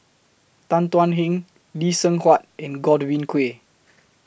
Tan Thuan Heng Lee Seng Huat and Godwin Koay